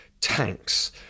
tanks